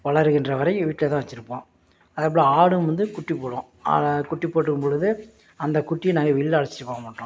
வளர்கின்ற வரை வீட்டில் தான் வச்சிருப்போம் அதை போல ஆடும் வந்து குட்டி போடும் குட்டி போட்டிருக்கும் பொழுது அந்த குட்டியை நாங்கள் வெளில அலச்சிட்டு போக மாட்டோம்